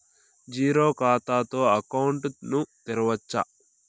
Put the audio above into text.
Zero ఖాతా తో account ను తెరవచ్చా?